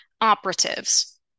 operatives